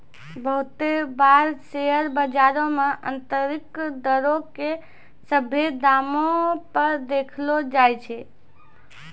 बहुते बार शेयर बजारो मे आन्तरिक दरो के सभ्भे दामो पे देखैलो जाय छै